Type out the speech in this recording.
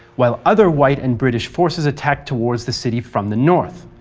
while other white and british forces attacked towards the city from the north.